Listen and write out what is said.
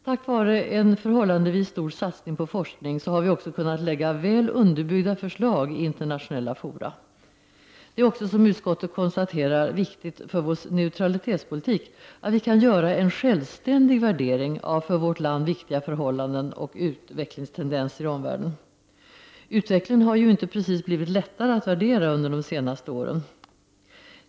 Tack vare en förhållandevis stor satsning på forskning har vi också kunnat lägga väl underbyggda förslag i internationella fora. Det är också, som utskottet konstaterar, viktigt för vår neutralitetspolitik att vi kan göra en självständig värdering av för vårt land viktiga förhållanden och utvecklingstendenser i omvärlden. Utvecklingen har ju inte precis blivit lättare att värdera under de senaste åren.